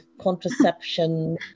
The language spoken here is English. contraception